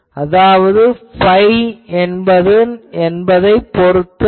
அதாவது phi என்பதைப் பொருத்தல்ல